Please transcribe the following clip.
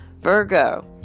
Virgo